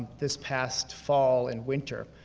this past fall and winter.